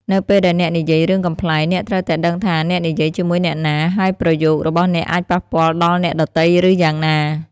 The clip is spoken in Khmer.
នៅពេលដែលអ្នកនិយាយរឿងកំប្លែង អ្នកត្រូវតែដឹងថា អ្នកនិយាយជាមួយអ្នកណា ហើយប្រយោគរបស់អ្នកអាចប៉ះពាល់ដល់អ្នកដទៃឬយ៉ាងណា។